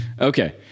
Okay